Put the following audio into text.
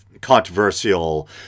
controversial